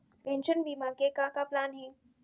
Pension बीमा के का का प्लान हे?